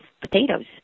potatoes